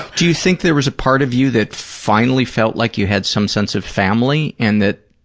do you think there was a part of you that finally felt like you had some sense of family and that.